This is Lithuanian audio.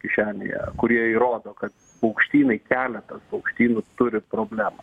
kišenėje kurie įrodo kad paukštynai keletą paukštynų turi problemų